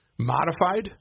modified